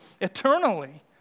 eternally